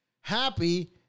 Happy